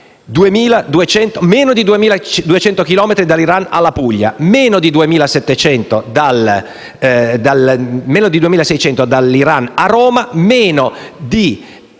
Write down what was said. Meno di 2.200 chilometri dall'Iran alla Puglia, meno di 2.600 dall'Iran a Roma, meno di